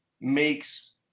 makes